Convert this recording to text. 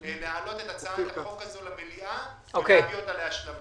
בעיקר אם אין לנו הארכה אז אנחנו צריכים להצביע.